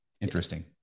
interesting